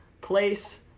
place